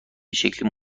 شکلی